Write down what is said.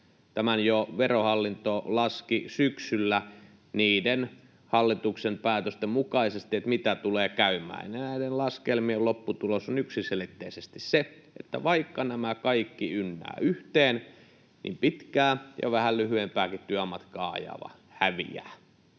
väite. Jo Verohallinto laski syksyllä niiden hallituksen päätösten mukaisesti tämän, mitä tulee käymään. Näiden laskelmien lopputulos on yksiselitteisesti se, että vaikka nämä kaikki ynnää yhteen, niin pitkää ja vähän lyhyempäänkin työmatkaa ajava häviää.